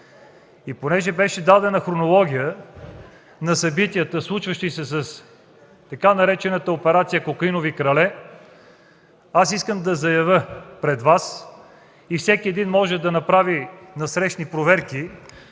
И понеже беше дадена хронология на събитията, случващи се с така наречената операция „Кокаинови крале”, аз искам да заявя пред Вас и всеки един от Вас може да направи насрещни проверки.